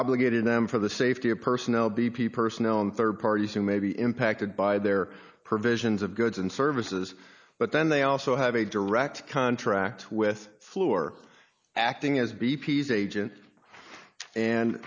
obligated them for the safety of personnel b p personnel and rd parties who may be impacted by their provisions of goods and services but then they also have a direct contract with floor acting as b p s agent and